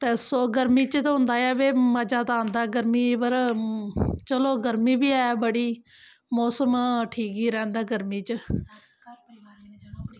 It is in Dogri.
ते सो गर्मी च ते होंदा ऐ भई मज़ा ते आंदा ऐ गर्मीं पर चलो गर्मी बी ऐ बड़ी मोसम ठीक ई रैंह्दा गर्मी च